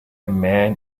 man